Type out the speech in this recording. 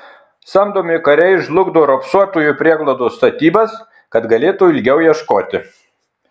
samdomi kariai žlugdo raupsuotųjų prieglaudos statybas kad galėtų ilgiau ieškoti